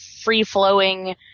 free-flowing